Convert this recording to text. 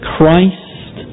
Christ